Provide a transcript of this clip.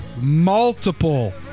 multiple